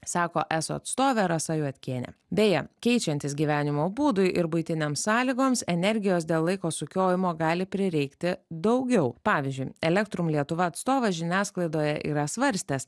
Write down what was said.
sako eso atstovė rasa juodkienė beje keičiantis gyvenimo būdui ir buitinėms sąlygoms energijos dėl laiko sukiojimo gali prireikti daugiau pavyzdžiui elektrum lietuva atstovas žiniasklaidoje yra svarstęs